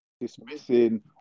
dismissing